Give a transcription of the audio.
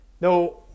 no